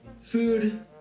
food